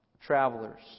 travelers